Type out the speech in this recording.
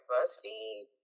BuzzFeed